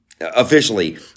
Officially